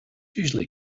usually